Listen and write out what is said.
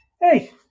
hey